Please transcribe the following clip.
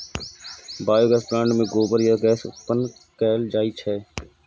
biogas plant मे गोबर सं गैस उत्पन्न कैल जाइ छै